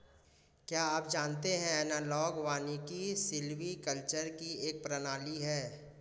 क्या आप जानते है एनालॉग वानिकी सिल्वीकल्चर की एक प्रणाली है